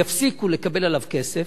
יפסיקו לקבל עליו כסף,